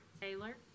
Taylor